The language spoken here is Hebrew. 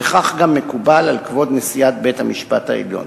וכך מקובל גם על כבוד נשיאת בית-המשפט העליון.